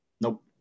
nope